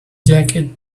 jacket